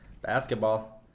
basketball